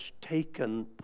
taken